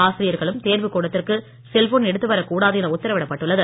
ஆசிரியர்களும் தேர்வு கூடத்திற்கு செல்போன் எடுத்து வரக்கூடாது என உத்தரவிடப் பட்டுள்ளது